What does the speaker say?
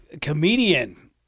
comedian